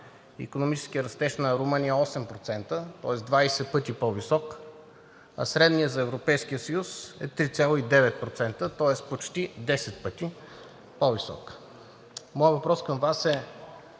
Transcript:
икономическият растеж на Румъния е 8%, тоест 20 пъти по-висок, а средният за Европейския съюз е 3,9%, тоест почти 10 пъти по-висок. Моят въпрос към Вас е: